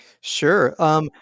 Sure